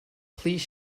please